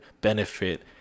benefit